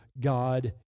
God